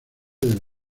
del